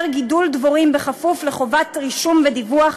גידול דבורים בכפוף לחובת רישום ודיווח.